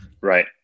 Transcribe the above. Right